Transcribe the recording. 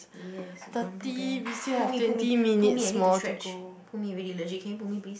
yes gone be bad pull me pull me pull me I need to stretch pull me really legit can you pull me please